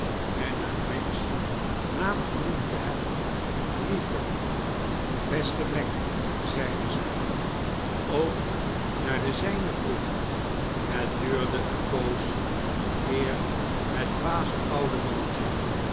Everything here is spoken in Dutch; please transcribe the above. en na meg's naam genoemd te hebben lieve beste meg zeide zij ook naar den zijnen vroeg het duurde een poos eer het dwaze oude mannetje